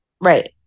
right